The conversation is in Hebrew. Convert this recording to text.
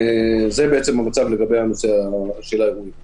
זה המצב לגבי הנושא של האירועים בחוץ.